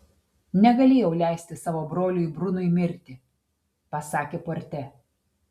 negalėjau leisti savo broliui brunui mirti pasakė porte